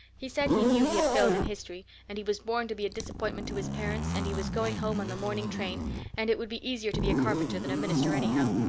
he said he knew he had failed in history and he was born to be a disappointment to his parents and he was going home on the morning train and it would be easier to be a carpenter than a minister, anyhow.